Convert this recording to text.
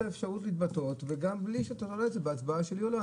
האפשרות להתבטא וגם בלי שתתנה את זה בהצבעה שלי או לא,